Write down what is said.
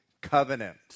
covenant